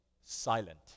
silent